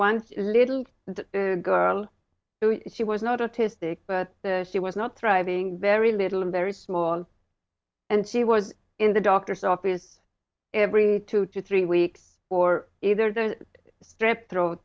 one little girl who she was not autistic but she was not thriving very little in very small and she was in the doctor's office every two to three weeks or either the strep throat